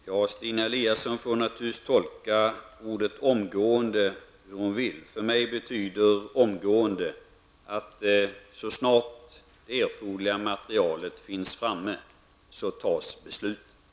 Fru talman! Stina Eliasson får naturligtvis tolka ordet ''omgående'' hur hon vill. För mig betyder ''omgående'' att så snart erforderligt material finns framtaget kommer beslutet att fattas.